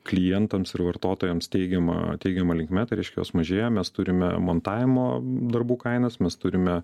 klientams ir vartotojams teigiama teigiama linkme reiškia jos mažėja mes turime montavimo darbų kainas mes turime